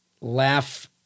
laugh